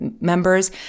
members